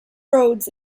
roads